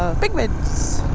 ah penguins!